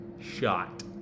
Shot